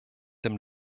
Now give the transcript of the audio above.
dem